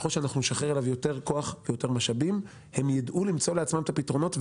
וכלל שנשחרר לו יותר כוח ויותר משאבים הוא ידע למצוא לעצמו את הפתרונות.